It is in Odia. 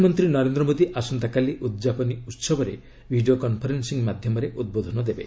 ପ୍ରଧାନମନ୍ତ୍ରୀ ନରେନ୍ଦ୍ର ମୋଦୀ ଆସନ୍ତାକାଲି ଉଦ୍ଯାପନୀ ଉସବରେ ଭିଡ଼ିଓ କନ୍ଫରେନ୍ସିଂ ମାଧ୍ୟମରେ ଉଦ୍ବୋଧନ ଦେବେ